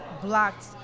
blocked